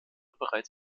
bereits